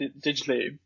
digitally